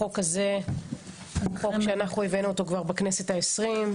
החוק הזה הוא חוק שאנחנו הבאנו אותו כבר בכנסת ה-20.